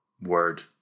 word